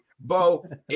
Bo